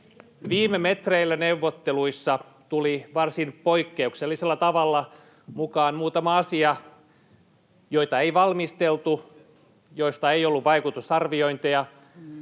Viime metreillä neuvotteluissa tuli varsin poikkeuksellisella tavalla mukaan muutama asia, joita ei valmisteltu, joista ei ollut vaikutusarviointeja,